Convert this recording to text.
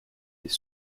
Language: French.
des